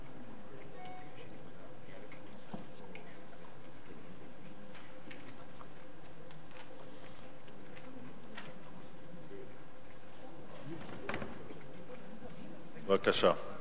בבקשה.